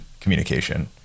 communication